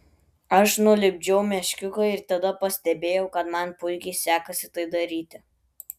aš nulipdžiau meškiuką ir tada pastebėjau kad man puikiai sekasi tai daryti